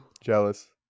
Jealous